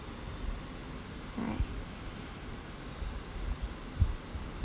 right